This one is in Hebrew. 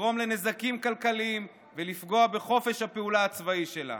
לגרום לנזקים כלכליים ולפגוע בחופש הפעולה הצבאי שלה.